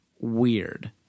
weird